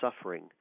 suffering